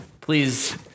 Please